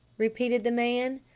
repeated the man.